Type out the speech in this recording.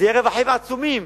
זה יביא רווחים עצומים